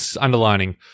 underlining